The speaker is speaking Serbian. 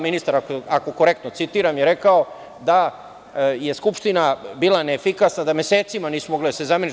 Ministar, ako korektno citiram je rekao da je Skupština bila neefikasna, da mesecima nisu mogli da se zamene.